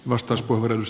arvoisa puhemies